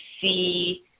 see